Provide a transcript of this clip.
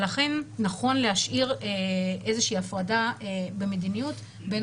לכן נכון להשאיר איזושהי הפרדה במדיניות בין